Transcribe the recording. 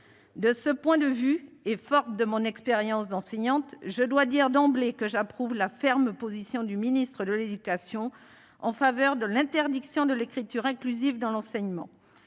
De ce point de vue, et forte de mon expérience d'enseignante, je dois dire d'emblée que j'approuve la ferme position du ministre de l'éducation en faveur de l'interdiction de l'écriture inclusive dans l'enseignement.